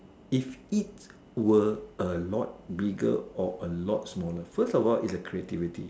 if it were a lot bigger or a lot smaller first of all its a creativity